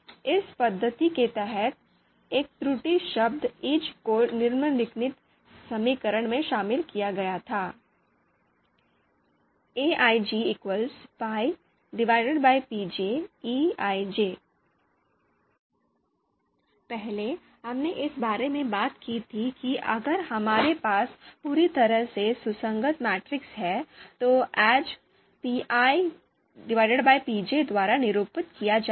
इस पद्धति के तहत एक त्रुटि शब्द को निम्नलिखित समीकरण में शामिल किया गया था पहले हमने इस बारे में बात की थी कि अगर हमारे पास पूरी तरह से सुसंगत मैट्रिक्स है तो aij pi pj द्वारा निरूपित किया जाएगा